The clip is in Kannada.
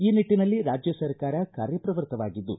ಈ ನಿಟ್ಟನಲ್ಲಿ ರಾಜ್ಯ ಸರ್ಕಾರ ಕಾರ್ಯಪ್ರವೃತ್ತವಾಗಿದ್ದು